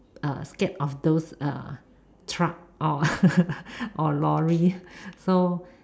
uh scared of those uh truck or or lorry so